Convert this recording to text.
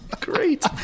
great